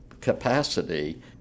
capacity